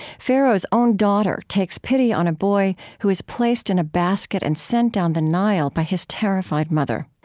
pharaoh's own daughter takes pity on a boy who is placed in a basket and sent down the nile by his terrified mother.